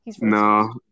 No